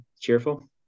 cheerful